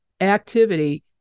activity